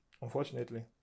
Unfortunately